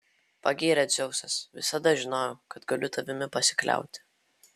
pagyrė dzeusas visada žinojau kad galiu tavimi pasikliauti